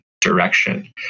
direction